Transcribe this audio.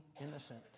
innocent